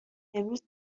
امروز